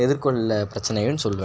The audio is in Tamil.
எதிர்கொள்ள பிரச்சனைகள்னு சொல்லுவேன்